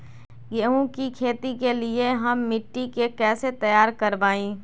गेंहू की खेती के लिए हम मिट्टी के कैसे तैयार करवाई?